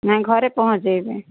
ନାଇ ଘରେ ପହଞ୍ଚେଇବେ